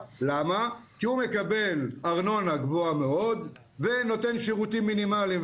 כי הוא מקבל ארנונה גבוהה מאוד ונותן שירותים מינימליים,